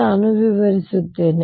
ನಾನು ವಿವರಿಸುತ್ತೇನೆ